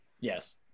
yes